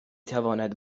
تواند